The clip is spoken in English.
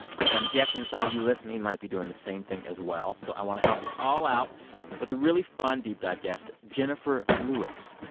and i'm guessing some of you listening might be doing the same thing as well. so i want to help us all out with a really fun deep dive guest, jenifer lewis.